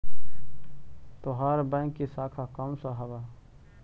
तोहार बैंक की शाखा कौन सा हवअ